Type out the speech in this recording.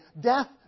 Death